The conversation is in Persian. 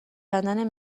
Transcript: کندن